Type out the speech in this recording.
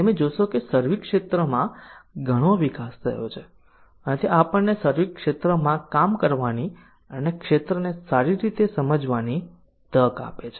તમે જોશો કે સર્વિસ ક્ષેત્રમાં ઘણો વિકાસ થયો છે અને તે આપણને સર્વિસ ક્ષેત્રમાં કામ કરવાની અને ક્ષેત્રને સારી રીતે સમજવાની તક આપે છે